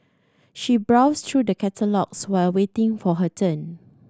she browsed through the catalogues while waiting for her turn